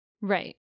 Right